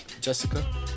Jessica